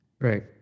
Right